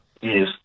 yes